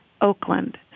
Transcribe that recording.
Oakland